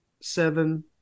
seven